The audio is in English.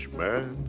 man